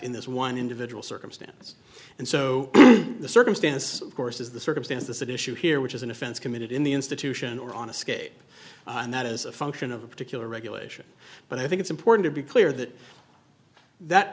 in this one individual circumstance and so the circumstance of course is the circumstances that issue here which is an offense committed in the institution or on a scape and that is a function of a particular regulation but i think it's important to be clear that that